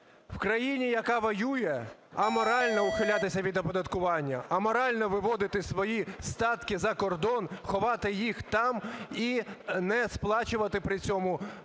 в країні, яка воює, аморально ухилятися від оподаткування, аморально виводити свої статки за кордон, ховати їх там і не сплачувати при цьому